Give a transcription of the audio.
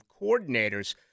coordinators